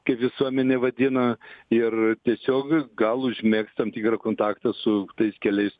kaip visuomenė vadina ir tiesiog gal užmegzt tam tikrą kontaktą su tais keliais